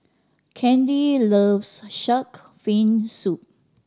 Kandy loves shark fin soup